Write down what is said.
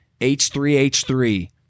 H3H3